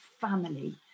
family